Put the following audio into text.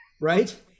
Right